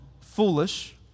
foolish